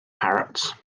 parrots